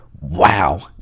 wow